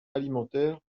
alimentaire